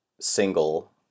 single